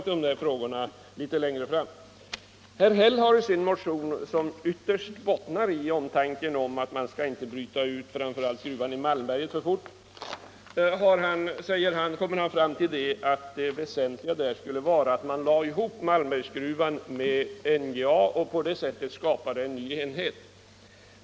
Herr Häll har i sin motion, som ytterst bottnar i omtanken om att man framför allt inte skall bryta ut gruvan i Malmberget alltför fort, kommit fram till att det väsentliga där skulle vara att lägga ihop Malmbergsgruvan med NJA och på det sättet skapa en ny enhet.